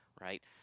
right